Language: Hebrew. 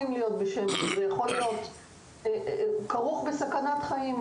זה יכול להיות כרוך, אפילו, בסכנת חיים.